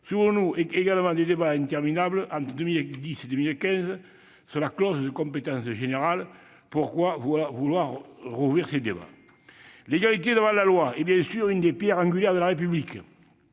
Souvenons-nous également des débats interminables entre 2010 et 2015 sur la clause de compétence générale. Pourquoi vouloir rouvrir ces débats ? L'égalité devant la loi est bien sûr l'une des pierres angulaires de la République.